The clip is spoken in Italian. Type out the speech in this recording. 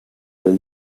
del